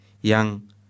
Yang